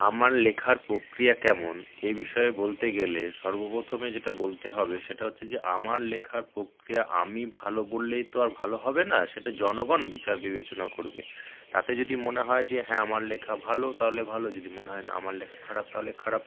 আমার লেখার প্রক্রিয়া কেমন এ বিষয়ে বলতে গেলে সর্বপ্রথমে যেটা বলতে হবে সেটা হচ্ছে যে আমার লেখার প্রক্রিয়া আমি ভালো বললেই তো আর ভালো হবে না সেটা জনগণ বিচার বিবেচনা করবে তাতে যদি মনে হয় যে হ্যাঁ আমার লেখা ভালো তাহলে ভালো যদি মনে হয় না আমার লেখা খারাপ তাহলে খারাপ